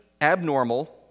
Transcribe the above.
abnormal